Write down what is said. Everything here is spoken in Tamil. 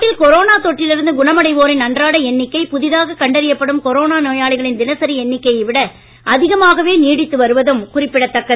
நாட்டில் கொரோனா தொற்றில் இருந்து குணமடைவோரின் அன்றாட எண்ணிக்கை புதிதாக கண்டறியப்படும் கொரேனா நோயாளிகளின் தினசரி எண்ணிக்கையை விட அதிகமாகவே நீடித்து வருவதும் குறிப்பிடத்தக்கது